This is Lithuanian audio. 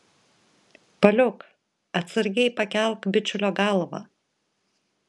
paliuk atsargiai pakelk bičiulio galvą